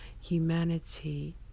humanity